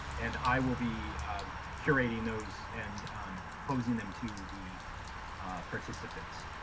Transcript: and i will be curating those and posing them to the participants.